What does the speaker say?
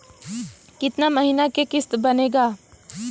कितना महीना के किस्त बनेगा?